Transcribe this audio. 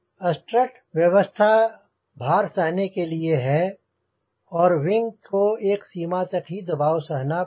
strut व्यवस्था भार सहने के लिए है और विंग को एक सीमा तक ही दबाव सहना पड़ता है